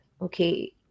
okay